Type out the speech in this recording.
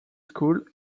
school